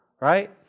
right